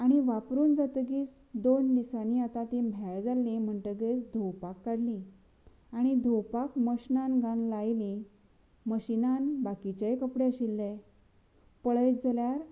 आनी वापरून जातगीर दोन दिसांनी आतां तीं म्हेळ जाल्लीं म्हणटगीर धुंवपाक काडलीं आनी धुंवपाक मशिनान घालन लायलीं मशीनांत बाकिचेय कपडे आशिल्ले पळयत जाल्यार